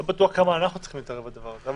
לא בטוח כמה אנחנו צריכים להתערב בדבר הזה.